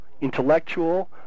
intellectual